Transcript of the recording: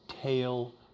tail